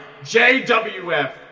JWF